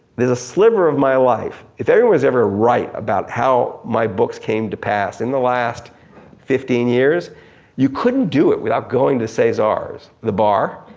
the the sliver of my life, if everyone was ever right about how my books came to pass in the last fifteen years you couldn't do it without going to cesar's, the bar,